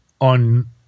on